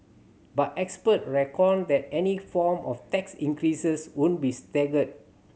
but expert reckoned that any form of tax increases would be staggered